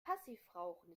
passivrauchen